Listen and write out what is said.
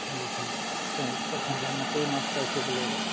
তেওঁলোকৰ পচন্দতেই মাছ পাইছে বোলে এইবাৰ